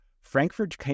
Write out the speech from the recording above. Frankfurt